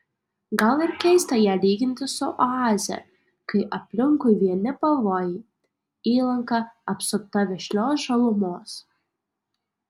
gal ir keista ją lyginti su oaze kai aplinkui vieni pavojai įlanka apsupta vešlios žalumos